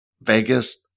Vegas